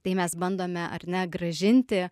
tai mes bandome ar ne grąžinti